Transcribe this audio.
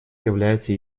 является